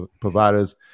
providers